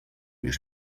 już